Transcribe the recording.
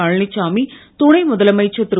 பழனிச்சாமி முதலமைச்சர் திரு